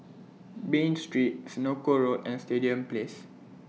Bain Street Senoko Road and Stadium Place